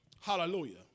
Hallelujah